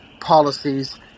policies